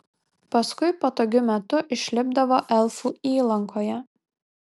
paskui patogiu metu išlipdavo elfų įlankoje